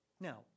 Now